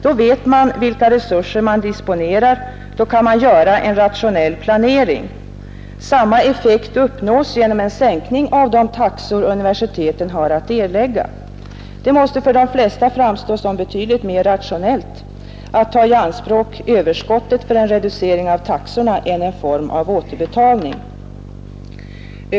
Då vet man vilka resurser man disponerar, och då kan man göra en rationell planering. Samma effekt uppnås genom en sänkning av de taxor universiteten har att erlägga. Det måste för de flesta framstå som betydligt mera rationellt att ta i anspråk överskottet för en reducering av taxorna än att ha en form av återbetalning.